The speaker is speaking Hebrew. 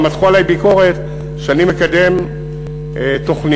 גם מתחו עלי ביקורת שאני מקדם תוכנית,